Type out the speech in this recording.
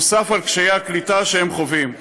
נוסף על קשיי הקליטה שהם חווים.